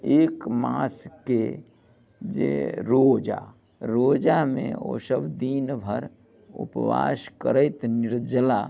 एक मासके जे रोजा रोजामे ओ सभ दिनभरि उपवास करैत निर्जला